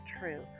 true